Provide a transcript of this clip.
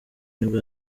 nibwo